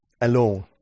alone